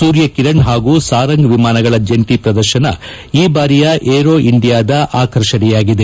ಸೂರ್ಯ ಕಿರಣ್ ಹಾಗೂ ಸಾರಂಗ್ ವಿಮಾನಗಳ ಜಂಟಿ ಪ್ರದರ್ಶನ ಈ ಬಾರಿಯ ಏರೋ ಇಂಡಿಯಾದ ಆಕರ್ಷಣೆಯಾಗಿದೆ